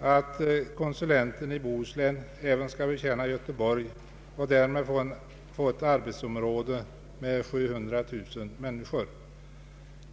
att konsulenten i Bohus län även skall betjäna Göteborg och därmed få ett arbetsområde med 700 000 människor.